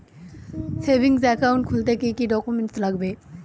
Savings account খুলতে কি কি ডকুমেন্টস লাগবে?